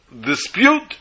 dispute